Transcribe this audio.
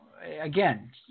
again